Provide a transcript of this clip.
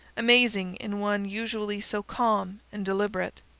amazing in one usually so calm and deliberate.